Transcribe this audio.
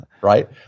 right